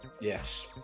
yes